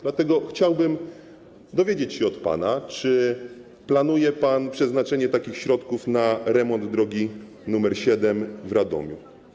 Dlatego chciałbym dowiedzieć się od pana, czy planuje pan przeznaczenie takich środków na remont drogi nr 7 w Radomiu.